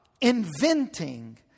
inventing